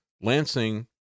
Lansing